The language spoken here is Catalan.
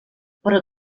però